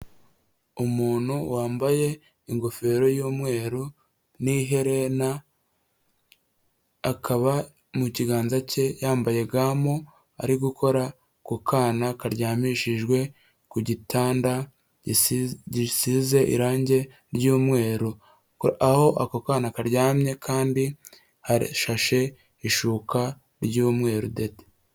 Umuntu wambaye ingofero y'umweru n'iherena, akaba mu kiganza cye yambaye gamu, ari gukora ku kana karyamishijwe ku gitanda gisize irange ry'umweru. Aho ako kana karyamye kandi harashashe ishuka ry'umweru dede.